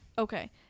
Okay